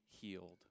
healed